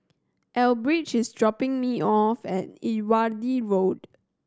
Elbridge is dropping me off at Irrawaddy Road